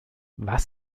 was